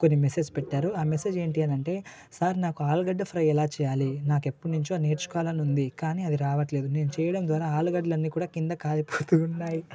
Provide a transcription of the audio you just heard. కొన్ని మెసేజ్ పెట్టారు ఆ మెసేజ్ ఏంటి అని అంటే సార్ నాకు ఆలుగడ్డ ఫ్రై ఎలా చేయాలి నాకు ఎప్పటినుంచో నేర్చుకోవాలని ఉంది కానీ అది రావట్లేదు నేను చేయడం ద్వారా ఆలుగడ్డలన్నీ కూడా కింద కాలిపోతు ఉన్నాయి